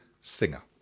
singer